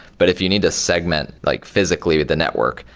but if you need segment like physically with the network,